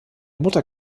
mutter